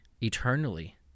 eternally